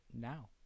now